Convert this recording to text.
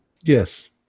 Yes